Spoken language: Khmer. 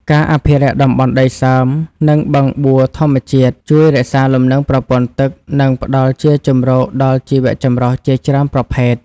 ការអភិរក្សតំបន់ដីសើម និងបឹងបួធម្មជាតិជួយរក្សាលំនឹងប្រព័ន្ធទឹក និងផ្ដល់ជាជម្រកដល់ជីវចម្រុះជាច្រើនប្រភេទ។